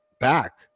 back